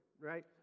right